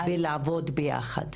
בלעבוד ביחד?